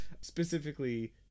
specifically